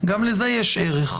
גם לזה יש ערך.